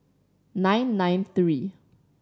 nine nine three